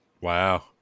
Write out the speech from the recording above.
Wow